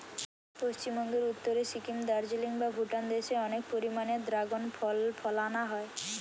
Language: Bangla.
পশ্চিমবঙ্গের উত্তরে সিকিম, দার্জিলিং বা ভুটান দেশে অনেক পরিমাণে দ্রাগন ফল ফলানা হয়